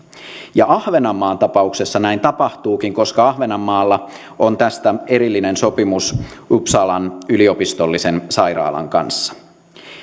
ja ahvenanmaan tapauksessa näin tapahtuukin koska ahvenanmaalla on tästä erillinen sopimus uppsalan yliopistollisen sairaalan kanssa